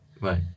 Right